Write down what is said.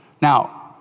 Now